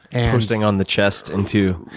and posting on the chest into